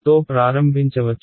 తో ప్రారంభించవచ్చు